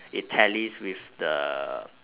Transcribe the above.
it tallies with the